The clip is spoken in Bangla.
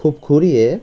খুব ঘুরিয়ে